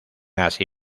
así